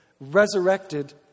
resurrected